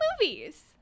movies